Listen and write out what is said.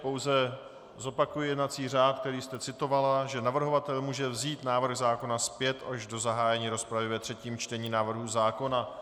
Pouze zopakuji jednací řád, který jste citovala, že navrhovatel může vzít návrh zákona zpět až do zahájení rozpravy ve třetím čtení návrhu zákona.